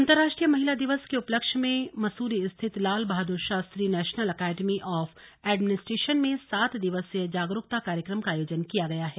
अंतरराष्ट्रीय महिला दिवस अंतरराष्ट्रीय महिला दिवस के उपलक्ष्य में मसूरी स्थित Lal Bahadur Shastri national academy of administration में सात दिवसीय जागरूकता कार्यक्रम का आयोजन किया गया है